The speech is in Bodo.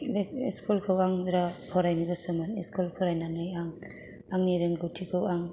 स्कुलखौ आं बेराद फरायनो गोसोमोन स्कुल फरायनानै आं आंनि रोंगौथिखौ आं